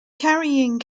carrying